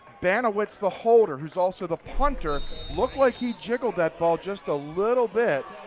banawitz the holder who is also the punter looked like he jiggled that ball just a little bit.